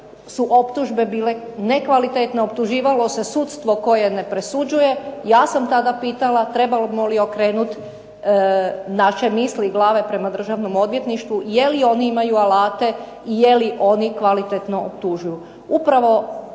su optužbe bile nekvalitetno, optuživalo se sudstvo koje ne presuđuje. Ja sam tada pitala trebamo li okrenuti naše misli i glave prema državnom odvjetništvu? Je li oni imaju alate i je li oni kvalitetno optužuju?